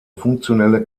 funktionelle